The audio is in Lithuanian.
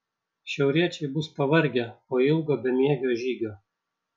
šiauriečiai bus pavargę po ilgo bemiegio žygio